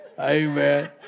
Amen